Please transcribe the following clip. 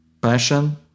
Passion